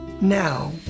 Now